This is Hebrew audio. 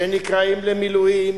שנקראים למילואים,